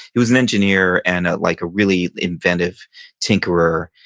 he was an engineer and a like really inventive tinkerer.